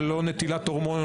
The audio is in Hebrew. ללא נטילת הורמונים,